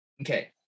Okay